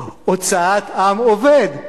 הוצאת "עם עובד",